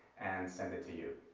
and send it to you.